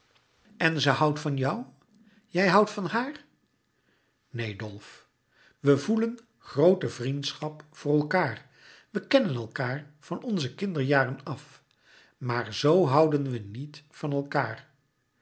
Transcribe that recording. en ze houdt van jou jij houdt van haar neen dolf we voelen groote vriendschap voor elkaâr we kennen elkaâr van onze kinderjaren af maar z houden we niet van elkaâr